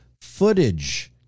footage